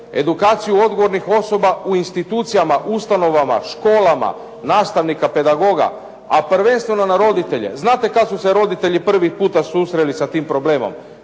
edukaciju odgovornih osoba u institucijama, ustanovama, školama, nastavnika, pedagoga, a prvenstveno na roditelje. Znate kad su se roditelji prvi puta susreli sa tim problemom?